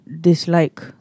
dislike